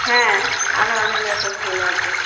হ্যাঁ আরও অনেক রকম ফুল আছে